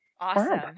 awesome